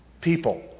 people